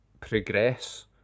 progress